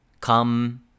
come